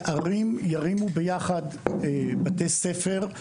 שערים ירימו ביחד בתי ספר.